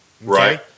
right